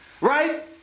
Right